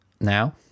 now